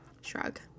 Shrug